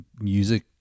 music